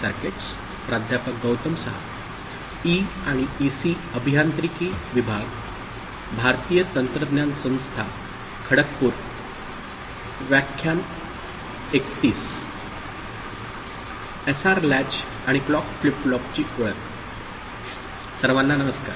सर्वांना नमस्कार